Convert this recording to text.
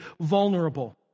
vulnerable